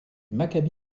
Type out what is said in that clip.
maccabi